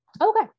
okay